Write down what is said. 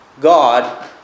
God